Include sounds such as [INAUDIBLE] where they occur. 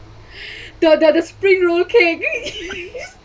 [BREATH] the the the spring roll cake [LAUGHS]